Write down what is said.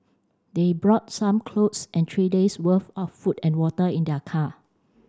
they brought some clothes and three days worth of food and water in their car